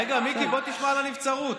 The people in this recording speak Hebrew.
רגע, מיקי, בוא תשמע על הנבצרות.